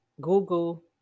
Google